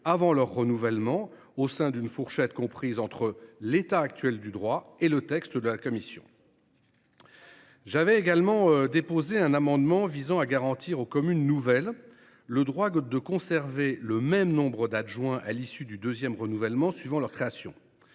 avant leur renouvellement, dans une fourchette comprise entre ce que prévoient respectivement l’état actuel du droit et le texte de la commission. Très bien ! J’avais également déposé un amendement visant à garantir aux communes nouvelles le droit de conserver le même nombre d’adjoints à l’issue du deuxième renouvellement suivant leur création.